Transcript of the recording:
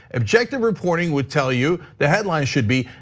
objective reporting would tell you, the headline should be,